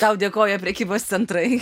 tau dėkoja prekybos centrai